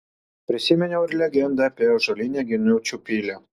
prisiminiau ir legendą apie ąžuolinę ginučių pilį